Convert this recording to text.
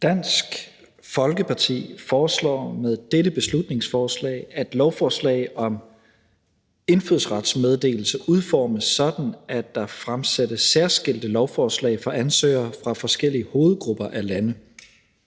Dansk Folkeparti foreslår med dette beslutningsforslag, at et lovforslag om indfødsretsmeddelelse udformes sådan, at der fremsættes særskilte lovforslag for ansøgere fra forskellige hovedgrupper af lande.